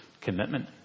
commitment